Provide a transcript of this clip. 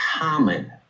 common